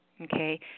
Okay